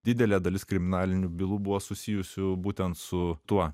didelė dalis kriminalinių bylų buvo susijusių būtent su tuo